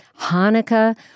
Hanukkah